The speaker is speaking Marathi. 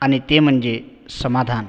आणि ते म्हणजे समाधान